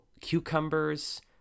cucumbers